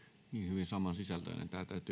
hyvin samansisältöinen